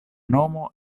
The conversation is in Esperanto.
nomo